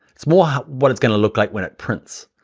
it's more of what it's gonna look like when it prints,